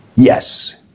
Yes